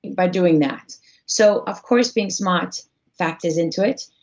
by doing that so, of course, being smart factors into it.